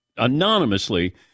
anonymously